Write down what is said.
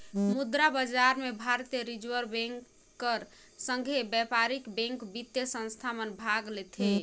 मुद्रा बजार में भारतीय रिजर्व बेंक कर संघे बयपारिक बेंक, बित्तीय संस्था मन भाग लेथें